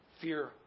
Fear